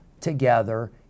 together